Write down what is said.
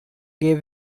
gave